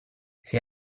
sei